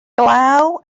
glaw